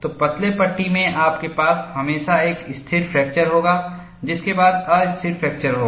तो पतले पट्टी में आपके पास हमेशा एक स्थिर फ्रैक्चर होगा जिसके बाद अस्थिर फ्रैक्चर होगा